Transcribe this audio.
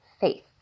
faith